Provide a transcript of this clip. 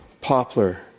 poplar